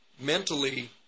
mentally